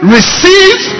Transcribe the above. Receive